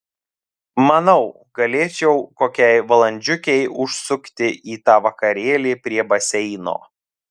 manau galėčiau kokiai valandžiukei užsukti į tą vakarėlį prie baseino